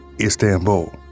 Istanbul